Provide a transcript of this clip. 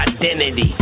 identity